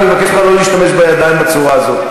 ואני מבקש ממך לא להשתמש בידיים בצורה הזאת.